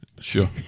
Sure